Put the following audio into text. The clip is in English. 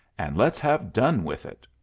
and let's have done with it.